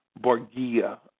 Borgia